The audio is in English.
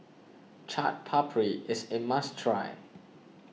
Chaat Papri is a must try